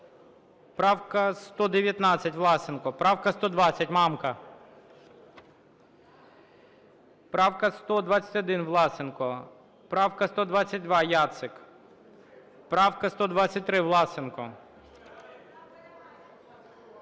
Правка 119, Власенко. Правка 120, Мамка. Правка 121, Власенко. Правка 122, Яцик. Правка 123, Власенко.